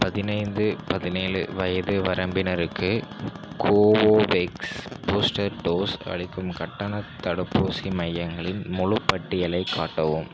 பதினைந்து பதினேழு வயது வரம்பினருக்கு கோவோவேக்ஸ் பூஸ்டர் டோஸ் அளிக்கும் கட்டணத் தடுப்பூசி மையங்களின் முழுப் பட்டியலை காட்டவும்